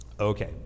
Okay